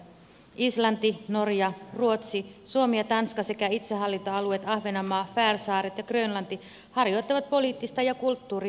islanti norja ruotsi suomi ja tanska sekä itsehallintoalueet ahvenanmaa färsaaret ja grönlanti harjoittavat poliittista ja kulttuuriyhteistyötä